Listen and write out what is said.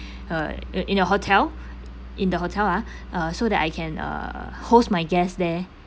uh in the hotel in the hotel ah uh so that I can uh host my guest there